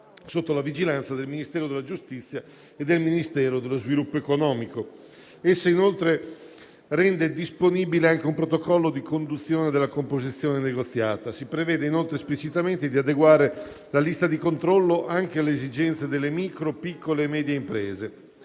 sotto la vigilanza del Ministero della giustizia e del Ministero dello sviluppo economico. Essa inoltre rende disponibile anche un protocollo di conduzione della composizione negoziata. Si prevede inoltre esplicitamente di adeguare la lista di controllo anche alle esigenze delle micro, piccole e medie imprese.